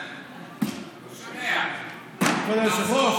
אתה שומע, מנסור, מנסור?